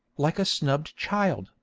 like a snubbed child,